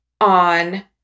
on